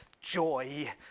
joy